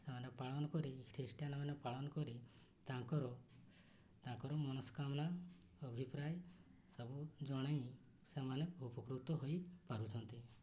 ସେମାନେ ପାଳନ କରି ଖ୍ରୀଷ୍ଟିଆନ ମାନେ ପାଳନ କରି ତାଙ୍କର ତାଙ୍କର ମନସ୍କାମନା ଅଭିପ୍ରାୟ ସବୁ ଜଣାଇ ସେମାନେ ଉପକୃତ ହୋଇପାରୁଛନ୍ତି